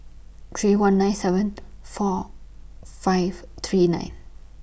three one nine seven four five three nine